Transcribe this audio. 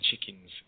chickens